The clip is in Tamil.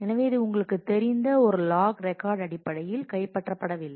எனவே இது உங்களுக்குத் தெரிந்த ஒரு லாக் ரெக்கார்டு அடிப்படையில் கைப்பற்றப் படவில்லை